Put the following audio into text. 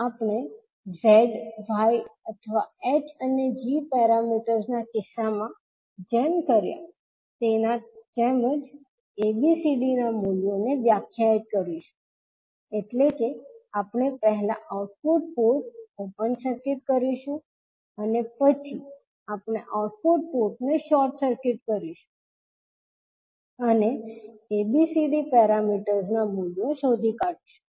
આપણે Z y અથવા h અને g પેરામીટર્સના કિસ્સામાં જેમ કર્યા તેના જેમ જ ABCD ના મૂલ્યોને વ્યાખ્યાયિત કરીશું એટલે કે આપણે પહેલા આઉટપુટ પોર્ટ ઓપન સર્કિટ કરીશું અને પછી આપણે આઉટપુટ પોર્ટ ને શોર્ટ સર્કિટ કરીશું અને ABCD પેરામીટર્સના મૂલ્ય શોધી કાઢીશું